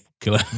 killer